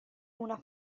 una